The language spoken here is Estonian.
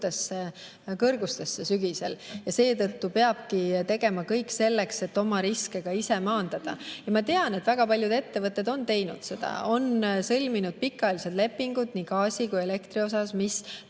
kõrgustesse sügisel ja seetõttu peabki tegema kõik selleks, et oma riske ise maandada. Ja ma tean, et väga paljud ettevõtted on teinud seda. Nad on sõlminud pikaajalised lepingud nii gaasi kui elektri osas, mis tagavad